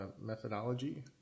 methodology